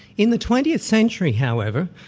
in the twentieth century, however,